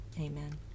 Amen